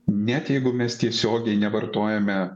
net jeigu mes tiesiogiai nevartojame